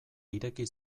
ireki